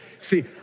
See